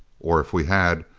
or if we had,